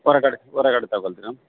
ಹೊರಗಡೆ ಹೊರಗಡೆ ತಗೊಳ್ತಿರ